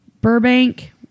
Burbank